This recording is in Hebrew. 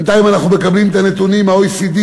בינתיים אנחנו מקבלים את הנתונים מה-OECD,